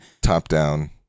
Top-down